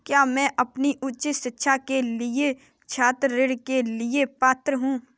क्या मैं अपनी उच्च शिक्षा के लिए छात्र ऋण के लिए पात्र हूँ?